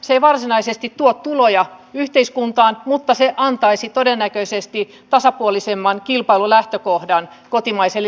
se ei varsinaisesti tuo tuloja yhteiskuntaan mutta se antaisi todennäköisesti tasapuolisemman kilpailulähtökohdan kotimaiselle liikenteelle